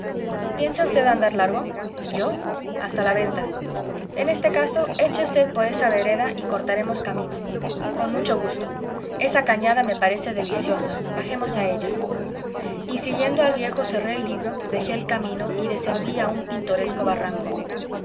piensa v andar largo yo hasta la venta en este caso eche v por esa vereda y cortaremos camino con mucho gusto esa cañada me parece deliciosa bajemos a ella y siguiendo al viejo cerré el libro dejé el camino y descendí a un pintoresco barranco